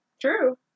True